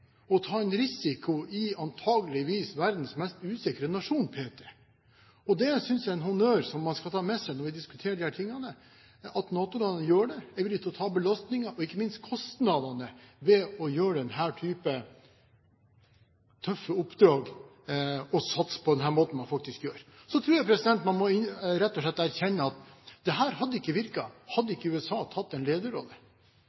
å ta en risiko i antakeligvis verdens mest usikre nasjon p.t. Det synes jeg er en honnør man skal ta med seg når vi diskuterer disse tingene, at NATO-landene er villig til å ta belastningene og ikke minst kostnadene ved å gjøre slike tøffe oppdrag og å satse på den måten man faktisk gjør. Så tror jeg man rett og slett må erkjenne at dette ikke hadde virket, hadde ikke